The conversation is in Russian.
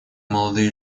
молодые